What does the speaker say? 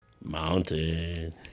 Mountain